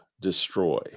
destroy